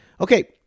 Okay